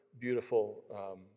beautiful